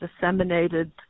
disseminated